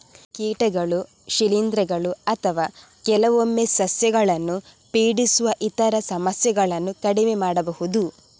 ಕೀಟಗಳು, ಶಿಲೀಂಧ್ರಗಳು ಅಥವಾ ಕೆಲವೊಮ್ಮೆ ಸಸ್ಯಗಳನ್ನು ಪೀಡಿಸುವ ಇತರ ಸಮಸ್ಯೆಗಳನ್ನು ಕಡಿಮೆ ಮಾಡಬಹುದು